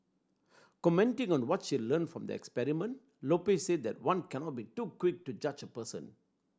commenting on what she learnt from the experiment Lopez said that one cannot be too quick to judge a person